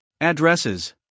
addresses